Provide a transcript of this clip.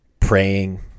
praying